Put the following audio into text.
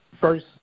first